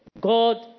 God